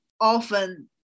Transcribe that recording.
often